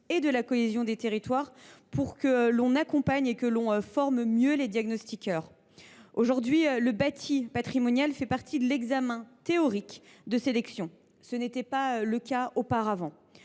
et de la cohésion des territoires pour un meilleur accompagnement et une meilleure formation des diagnostiqueurs. Aujourd’hui, le bâti patrimonial fait partie de l’examen théorique de sélection. Ce n’était pas le cas auparavant.